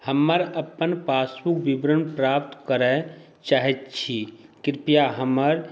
हम अपन पासबुक विवरण प्राप्त करै चाहै छी कृपया हमर